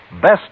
Best